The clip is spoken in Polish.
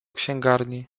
księgarni